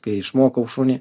kai išmokau šunį